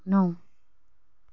नौ